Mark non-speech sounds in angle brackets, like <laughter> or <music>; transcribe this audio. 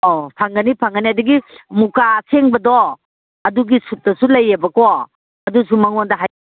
ꯑꯧ ꯐꯪꯒꯅꯤ ꯐꯪꯒꯅꯤ ꯑꯗꯒꯤ ꯃꯨꯀꯥ ꯑꯁꯦꯡꯕꯗꯣ ꯑꯗꯨꯒꯤ ꯁꯨꯠꯇꯁꯨ ꯂꯩꯌꯦꯕꯀꯣ ꯑꯗꯨꯁꯨ ꯃꯉꯣꯟꯗ <unintelligible>